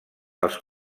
els